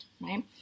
right